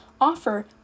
offer